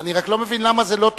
אני רק לא מבין, למה זה לא תקציבי?